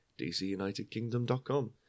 DCUnitedKingdom.com